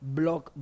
block